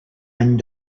any